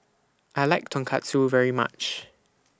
I like Tonkatsu very much